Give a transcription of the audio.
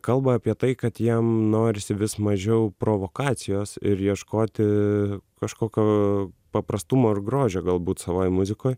kalba apie tai kad jam norisi vis mažiau provokacijos ir ieškoti kažkokio paprastumo ir grožio galbūt savoj muzikoj